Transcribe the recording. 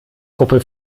gruppe